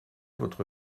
votre